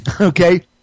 Okay